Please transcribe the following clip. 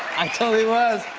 i totally was.